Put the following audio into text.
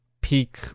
peak